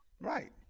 right